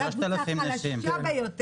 את הקבוצה החלשה ביותר,